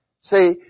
See